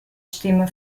stimme